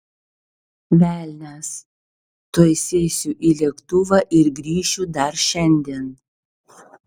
velnias tuoj sėsiu į lėktuvą ir grįšiu dar šiandien